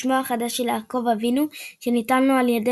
הוא שמו החדש של יעקב אבינו שניתן לו על ידי